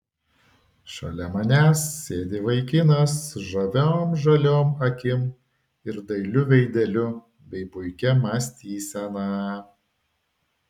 šalia manęs sėdi vaikinas žaviom žaliom akim ir dailiu veideliu bei puikia mąstysena